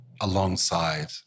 alongside